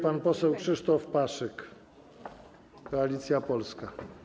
Pan poseł Krzysztof Paszyk, Koalicja Polska.